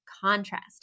contrast